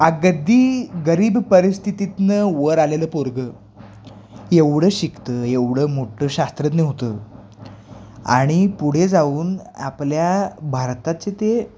अगदी गरीब परिस्थितीतून वर आलेलं पोरगं एवढं शिकतं एवढं मोठं शास्त्रज्ञ होतं आणि पुढे जाऊन आपल्या भारताचे ते